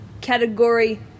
Category